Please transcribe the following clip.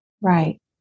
Right